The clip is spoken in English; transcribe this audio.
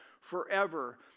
forever